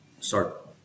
start